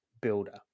builder